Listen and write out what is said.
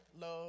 love